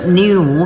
new